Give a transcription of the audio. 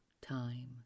time